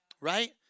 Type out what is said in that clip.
Right